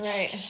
Right